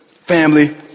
Family